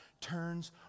turns